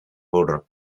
border